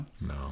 No